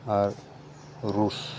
ᱟᱨ ᱨᱩᱥ